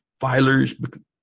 filers